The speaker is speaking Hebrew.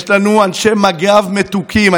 יש לנו אנשי מג"ב מתוקים.